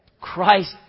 Christ